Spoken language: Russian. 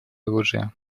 оружия